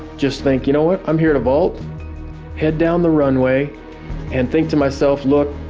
just think, you know what, i'm here to vault head down the runway and think to myself, look,